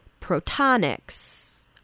protonics